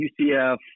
UCF